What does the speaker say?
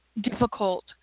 difficult